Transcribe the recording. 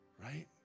right